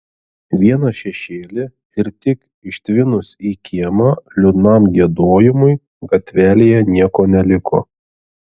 vieną šešėlį ir tik ištvinus į kiemą liūdnam giedojimui gatvelėje nieko neliko